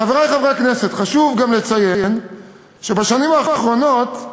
חברי חברי הכנסת, חשוב גם לציין שבשנים האחרונות,